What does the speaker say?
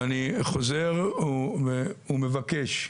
ואני חוזר ומבקש,